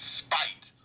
spite